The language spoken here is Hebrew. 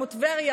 כמו טבריה,